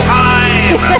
time